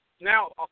now